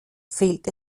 fehlt